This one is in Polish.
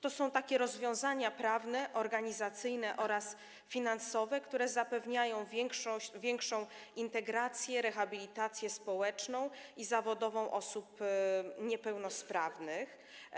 Chodzi o takie rozwiązania prawne, organizacyjne oraz finansowe, które zapewniają większą integrację, rehabilitację społeczną i zawodową osób niepełnosprawnych.